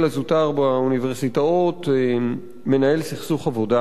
הזוטר באוניברסיטאות מנהל סכסוך עבודה,